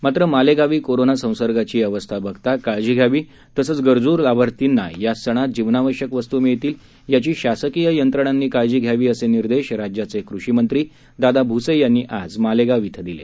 मात्र मालेगावी कोरोना संसर्गाची अवस्था बघता काळजी घ्यावी तसंच गरजू लाभार्थींना या सणात जीवनावश्यक वस्तू मिळतील याची शासकिय यंत्रणांनी काळजी घ्यावी असे निर्देश राज्याचे कृषी मंत्री दादा भूसे यांनी आज मालेगाव इथं दिले